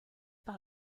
par